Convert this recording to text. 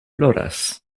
ploras